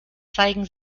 zeigen